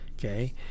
Okay